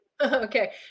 Okay